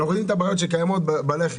אנחנו יודעים את הבעיות שקיימות בלחם.